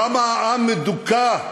כמה העם מדוכא,